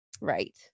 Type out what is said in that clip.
Right